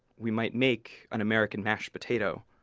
we might make an american mashed potato,